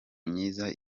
myiza